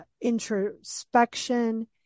introspection